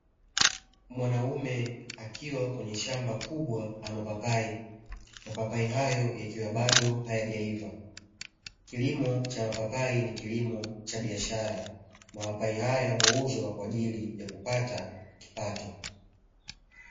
Mwanaume akiwa kwenye shamba kubwa la mapapai. Mapapai hayo yakiwa bado hayajaiva. Kilimo cha mapapai ni kilimo cha biashara, mapapai haya huuzwa kwa ajili ya kupata kipato.